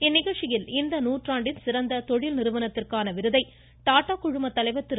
இந்நிகழ்ச்சியில் இந்த நூற்றாண்டின் சிறந்த தொழில் நிறுவனத்திற்கான விருதை டாடா குழுமத் தலைவர் திரு